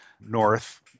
north